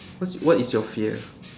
what what is your fear